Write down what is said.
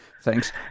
thanks